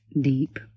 deep